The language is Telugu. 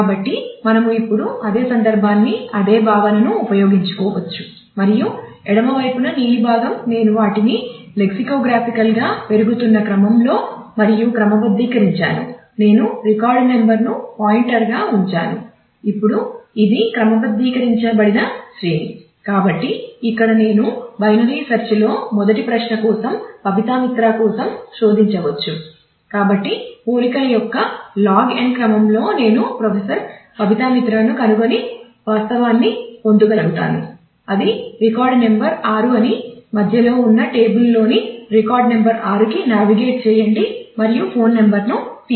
కాబట్టి మనము ఇప్పుడు అదే సందర్భాన్ని అదే భావనను ఉపయోగించుకోవచ్చు మరియు ఎడమ వైపున నీలి భాగం టేబుల్వేర్ చేయండి మరియు ఫోన్ నంబర్ను తీయండి